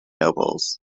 nobles